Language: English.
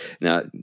Now